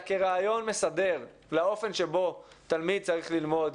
כרעיון מסדר לאופן שבו תלמיד צריך ללמוד,